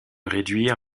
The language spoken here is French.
réduire